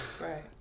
Right